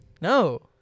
No